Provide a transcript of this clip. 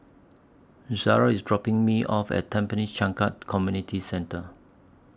Zariah IS dropping Me off At Tampines Changkat Community Centre